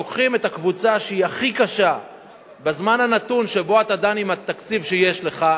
לוקחים את הקבוצה שהיא הכי קשה בזמן הנתון שבו אתה דן עם התקציב שיש לך,